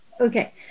Okay